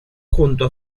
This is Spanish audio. junto